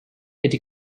eddy